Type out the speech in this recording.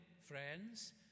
friends